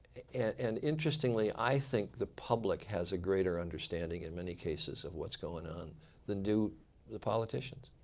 and interestingly, i think the public has a greater understanding in many cases of what's going on than do the politicians.